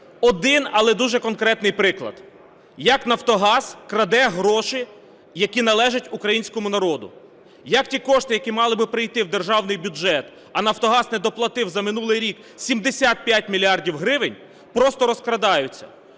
один, але дуже конкретний приклад, як "Нафтогаз" краде гроші, які належать українському народу, як ті кошти, які мали би прийти в державний бюджет (а "Нафтогаз" недоплатив за минулий рік 75 мільярдів гривень), просто розкрадаються.